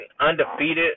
undefeated